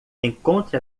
encontre